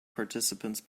participants